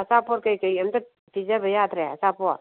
ꯑꯆꯥꯄꯣꯠ ꯀꯩꯀꯩ ꯑꯝꯇ ꯄꯤꯖꯕ ꯌꯥꯗ꯭ꯔꯦ ꯑꯆꯥꯄꯣꯠ